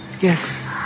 yes